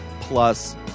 Plus